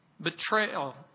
Betrayal